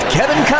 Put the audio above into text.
Kevin